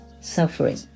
suffering